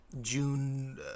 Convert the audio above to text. June